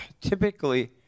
typically